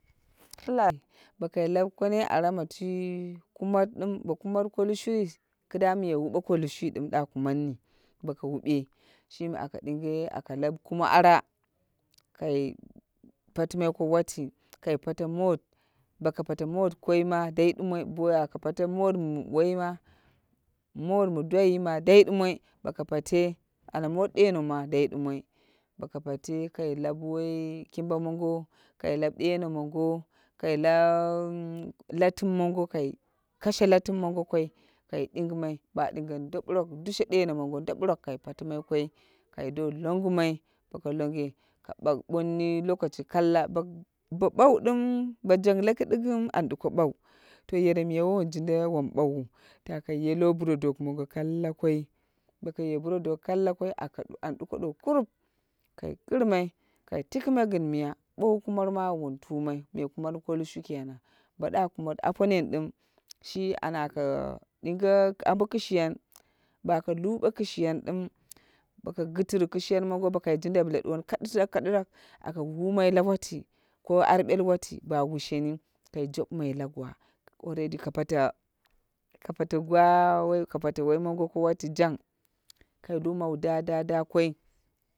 bo kai lau konoi ara ma twi kumat dim, bo kumat ko lushi, kiduwa miya wube ko lushu ɗa kumat ni, boko wuɓe, shimi aka lau kumo ara kai patimai ko wati kai pate mot boko pate mot koima dai ɗumoi. Bo aka pate mot mi dwai ma dai dumoi, boko pate ana mot deno ma dai ɗumoi. Bo ko pate kai lau we kumba mongo, kai lau we kumba mongo, kai lau deiro mongo kai lau latɨm mongo, kai kashe latim mongo koi kai dingimai ba dingeni ndoburok, dushe ɗino mongo ndoburok kai patimai koi kai do longumai boko longe ka bonni lokaci kalla. Bo ban dim bo jang laki dikkim an duko ɓwau. To yere miya wo wun jinda wom ɓwau. To kai ye lo burodok mongo kalla koi boko ye lo burodok kalla koi an ɗuko ɗow kurup. Kai girmai kai tikimai gin miya bowu kuman mawu wun tumai. Me kumat ko lushu kenan. Bo ɗa kumat aponen dim shi ana aka ɗinge ambo kishiyan baka luba kishiyan dim boko gitiru kishiyan mongo bo kai jindai bla duwon katral katral aka wamai lawati ko aryo wati ba wusheni kai jobumai la gwa already ka pate ka pate jang ko wati kai lu mawu da- da- da koi.